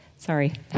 Sorry